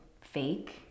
fake